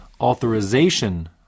authorization